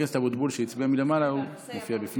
וכמזכירו הצבאי של ראש הממשלה שרון הייתי שם איתו ועם אלי ויזל.